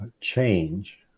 change